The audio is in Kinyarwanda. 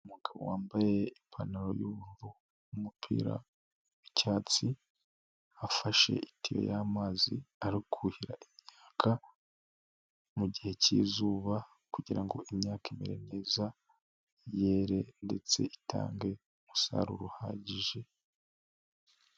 Umugabo wambaye ipantaro y'ubururu n'umupira w'icyatsi, afashe itiyo y'amazi ari kuhira imyaka mu gihe k'izuba kugira ngo imyaka imere neza yere ndetse itange umusaruro uhagije.